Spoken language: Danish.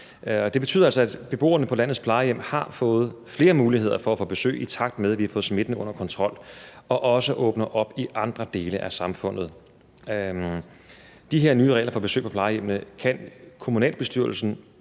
Det betyder altså, at beboerne på landets plejehjem har fået flere muligheder for at få besøg, i takt med at vi har fået smitten under kontrol og også åbner op i andre dele af samfundet. Efter de her nye regler for besøg på plejehjemmene kan kommunalbestyrelsen